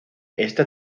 esta